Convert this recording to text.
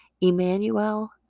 Emmanuel